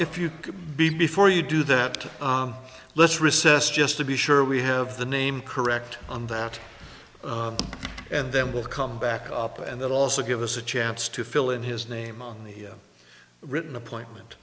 could be before you do that let's recess just to be sure we have the name correct on that and then we'll come back up and then also give us a chance to fill in his name on the written appointment